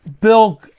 bill